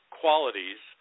qualities